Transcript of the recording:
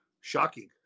shocking